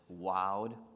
wowed